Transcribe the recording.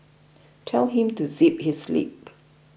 tell him to zip his lip